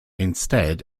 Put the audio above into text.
instead